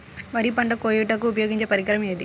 వరి పంట కోయుటకు ఉపయోగించే పరికరం ఏది?